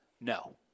No